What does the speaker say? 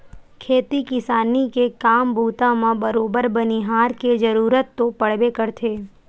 खेती किसानी के काम बूता म बरोबर बनिहार के जरुरत तो पड़बे करथे